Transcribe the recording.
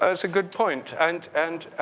ah it's a good point. and and